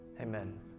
amen